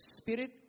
spirit